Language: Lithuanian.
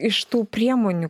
iš tų priemonių